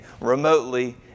remotely